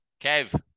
Kev